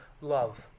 love